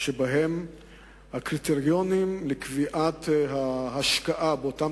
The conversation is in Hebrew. שבהם הקריטריונים לקביעת ההשקעה באותן